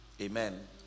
Amen